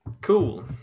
Cool